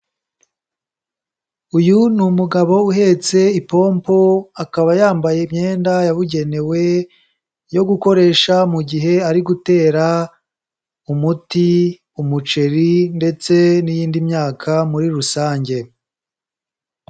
Uyu ni umugabo uhetse ipompo, akaba yambaye imyenda yabugenewe yo gukoresha mu gihe ari gutera umuti mu muceri, ndetse n'iyindi myaka muri rusange.